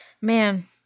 man